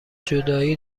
جدایی